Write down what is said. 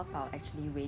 很麻烦